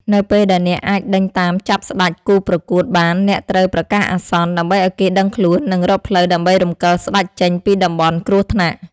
នៅពេលដែលអ្នកអាចដេញតាមចាប់ស្តេចគូប្រកួតបានអ្នកត្រូវប្រកាសអាសន្ន ដើម្បីឱ្យគេដឹងខ្លួននិងរកផ្លូវដើម្បីរំកិលស្តេចចេញពីតំបន់គ្រោះថ្នាក់។